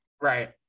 Right